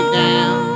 down